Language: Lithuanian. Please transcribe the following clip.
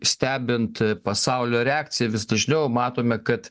stebint pasaulio reakciją vis dažniau matome kad